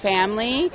Family